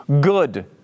good